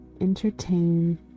entertain